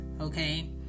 okay